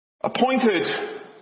appointed